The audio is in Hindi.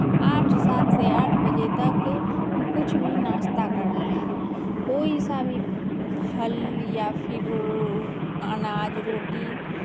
आठ सात से आठ बजे तक कुछ भी नाश्ता कर लें कोई सा भी फल या फिर अनाज रोटी